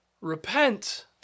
repent